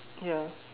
ya